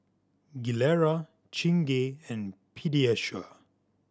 Gilera Chingay and Pediasure